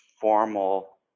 formal